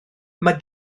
mae